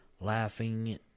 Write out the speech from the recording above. Laughing